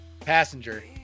Passenger